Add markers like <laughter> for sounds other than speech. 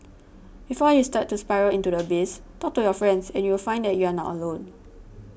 before you start to spiral into the <noise> abyss talk to your friends and you'll find that you are not alone